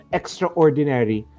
extraordinary